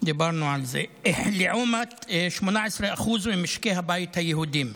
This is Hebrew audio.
דיברנו על זה, לעומת 18% ממשקי הבית היהודיים.